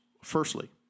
Firstly